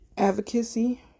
Advocacy